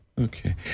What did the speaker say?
Okay